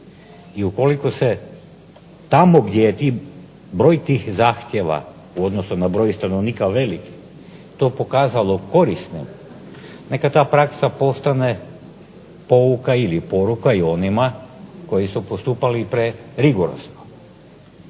I ukoliko se tamo gdje je broj tih zahtjeva u odnosu na broj stanovnika velik, to pokazalo korisnim neka ta praksa postane pouka ili poruka onima koji su postupali prerigorozno.